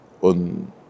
on